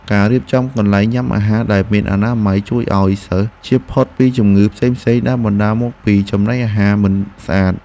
ការរៀបចំកន្លែងញ៉ាំអាហារដែលមានអនាម័យជួយឱ្យសិស្សជៀសផុតពីជំងឺផ្សេងៗដែលបណ្តាលមកពីចំណីអាហារមិនស្អាត។